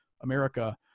America